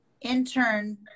intern